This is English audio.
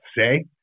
say